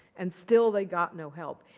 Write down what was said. and still, they got no help.